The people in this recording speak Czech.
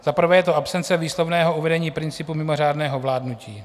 Za prvé je to absence výslovného uvedení principu mimořádného vládnutí.